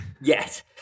Yes